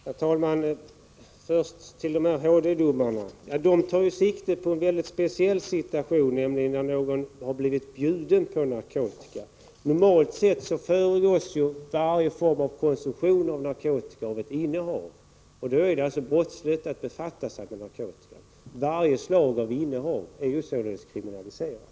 Herr talman! Först till HD-domarna. De tar ju sikte på en mycket speciell situation, nämligen när någon har blivit bjuden på narkotika. Normalt sett föregås ju varje form av konsumtion av narkotika av ett innehav, och det är alltså brottsligt att befatta sig med narkotika. Varje slag av innehav är således kriminaliserat.